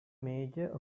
major